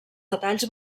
detalls